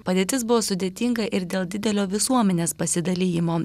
padėtis buvo sudėtinga ir dėl didelio visuomenės pasidalijimo